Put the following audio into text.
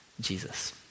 Jesus